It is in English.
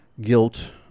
guilt